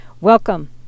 Welcome